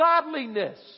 godliness